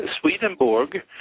Swedenborg